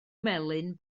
melyn